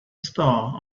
star